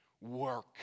Work